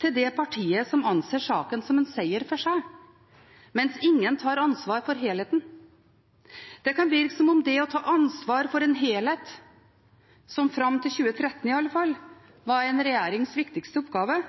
til det partiet som anser saken som en seier for seg, mens ingen tar ansvar for helheten. Det kan virke som om det å ta ansvar for en helhet, som iallfall fram til 2013 var en regjerings viktigste oppgave,